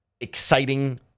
exciting